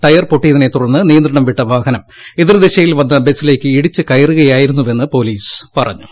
tyre പൊട്ടിയതിനെ തുടർന്ന് നിയന്ത്രണം വിട്ട വാഹനം എതിർദിശയിൽ വന്ന ബസിലേക്ക് ഇടിച്ചു കയറുകയായിരുന്നുവെന്ന് പോലീസ് പറഞ്ഞു